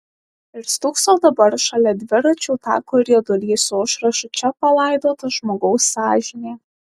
ir stūkso dabar šalia dviračių tako riedulys su užrašu čia palaidota žmogaus sąžinė